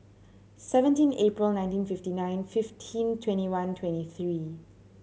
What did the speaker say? seventeen April nineteen fifty nine fifteen twenty one twenty three